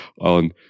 on